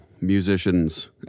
musicians